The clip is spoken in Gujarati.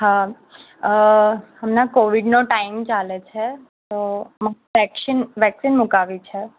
હં હમણાં કોવીડનો ટાઈમ ચાલે છે તો મારે વેકશિન વેક્સીન મૂકાવવી છે